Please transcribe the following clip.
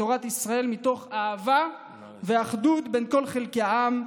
ותורת ישראל, מתוך אהבה ואחדות בין כל חלקי העם,